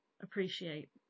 appreciate